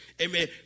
Amen